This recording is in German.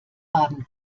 baden